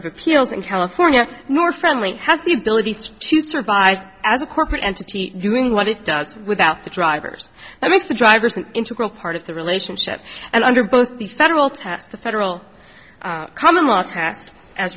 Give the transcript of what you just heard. of appeals in california more friendly has the ability to survive as a corporate entity doing what it does without the drivers that makes the drivers an integral part of the relationship and under both the federal task the federal commonlaw task as